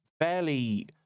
fairly